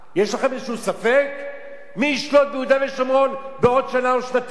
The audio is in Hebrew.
יש לכם איזה ספק מי ישלוט ביהודה ושומרון בעוד שנה או שנתיים?